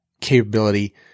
capability